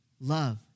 love